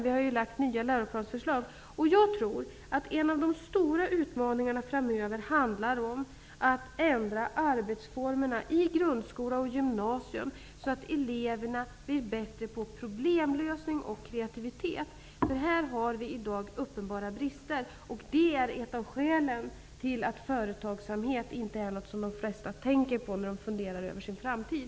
Vi har dock lagt fram nya förslag om läroplaner. En av de stora utmaningarna framöver hanldar om att ändra arbetsformerna i grundskola och gymnasium så att eleverna blir bättre på problemlösning och mer kreativa. Här har vi i dag uppenbara brister. Det är ett av skälen till att företagsamhet inte är vad de flesta tänker på när de funderar över sin framtid.